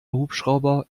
hubschrauber